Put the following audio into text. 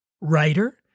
writer